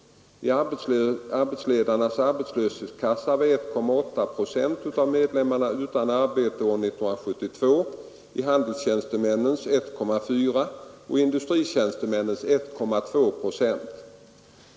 I arbetsledarnas arbetslöshetskassa var 1,8 procent av medlemmarna utan arbete år 1972, i handelstjänstemännens 1,4 och i industritjänstemännens 1,2 procent.